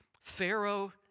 Pharaoh